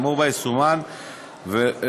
האמור בה יסומן (ב),